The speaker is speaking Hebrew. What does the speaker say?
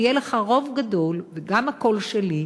ויהיה לך רוב גדול וגם הקול שלי,